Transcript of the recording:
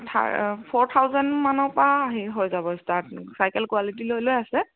থাৰ four থাউজেণ্ডমানৰপৰা হেৰি হৈ যাব ষ্টাৰ্ট চাইকেল কোৱালিটি লৈ লৈ আছে